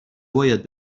باید